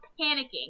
panicking